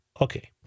Okay